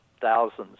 thousands